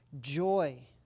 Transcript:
joy